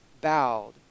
bowed